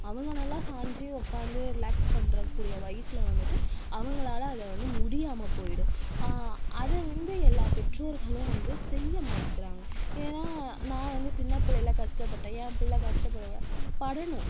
அவங்க நல்லா சாஞ்சு உட்காந்து ரிலாக்ஸ் பண்ணுறக் கூடிய வயசில் வந்துட்டு அவங்களால அதை வந்து முடியாமல் போயிடும் அதை வந்து எல்லா பெற்றோர்களும் வந்து செய்ய மறுக்கிறாங்க ஏன்னால் நான் வந்து சின்னப் பிள்ளைல கஷ்டப்பட்டேன் ஏன் பிள்ள கஷ்டப்படக்கூடாது படணும்